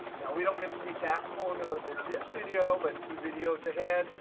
now, we don't get to see dax formulas in this video, but two videos ahead,